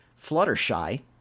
Fluttershy